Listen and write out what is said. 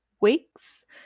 weeks